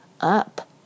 up